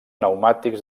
pneumàtics